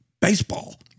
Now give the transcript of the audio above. baseball